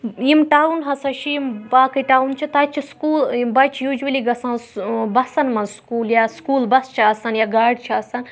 یِم ٹاوُن ہَسا چھِ یِم باقٕے ٹاوُن چھِ تَتہِ چھِ سکوٗل یِم بَچہِ یوٗجولی گَژھان سُہ بَسن مَنٛز سکوٗل یا سکوٗل بَس چھِ آسان یا گاڑِ چھِ آسان